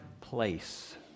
place